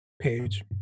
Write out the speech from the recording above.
page